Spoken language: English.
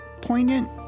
poignant